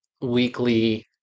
weekly